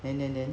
then then then